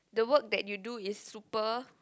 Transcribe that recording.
the work that you do is super